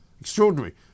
Extraordinary